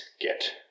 get